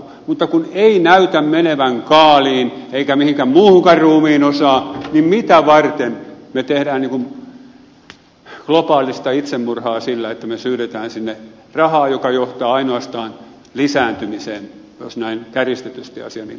mutta kun ei näytä menevän kaaliin eikä mihinkään muuhunkaan ruumiinosaan niin mitä varten me teemme globaalista itsemurhaa sillä että me syydämme sinne rahaa joka johtaa ainoastaan lisääntymiseen jos näin kärjistetysti asian ilmaisisi